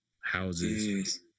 houses